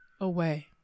away